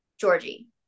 Georgie